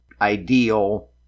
ideal